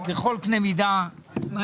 הדבר שהכי מפריע לאזרחי המדינה, יותר